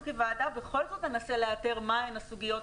כוועדה בכל זאת ננסה לאתר מה הן הסוגיות,